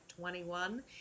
21